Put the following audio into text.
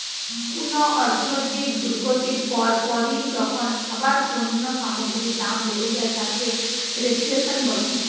কুনো অর্থনৈতিক দুর্গতির পর পরই যখন আবার পণ্য সামগ্রীর দাম বেড়ে যায় তাকে রেফ্ল্যাশন বলে